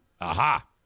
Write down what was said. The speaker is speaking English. Aha